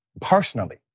personally